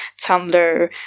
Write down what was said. Tumblr